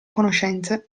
conoscenze